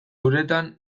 uretan